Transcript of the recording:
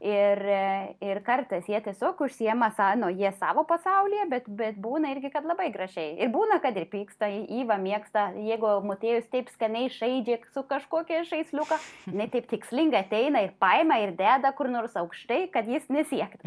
ir ir kartais jie tiesiog užsiima savo nu jie savo pasaulyje bet bet būna irgi kad labai gražiai ir būna kad ir pyksta iva mėgsta jeigu motiejus taip skaniai žaidžia su kažkokiais žaisliukas jinai taip tikslingai ateina ir paima ir deda kur nors aukštai kad jis nesiektų